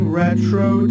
retro